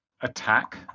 attack